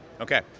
Okay